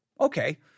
okay